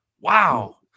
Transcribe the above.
Wow